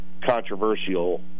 controversial